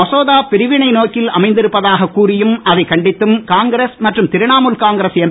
மசோதா பிரிவினை நோக்கில் அமைந்திருப்பதாக கூறியும் அதைக் கண்டித்தும் காங்கிரஸ் மற்றும் திரிணாமூல் காங்கிரஸ் எம்